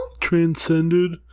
Transcended